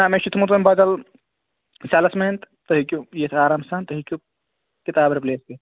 نہ مےٚ چھُ تھوٚمُت وۅنۍ بَدل سیلٕز میٛن تہٕ تُہۍ ہیٚکِو یِتھ آرام سان تُہۍ ہیٚکِو کِتاب رِپلیس کٔرِتھ